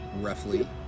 roughly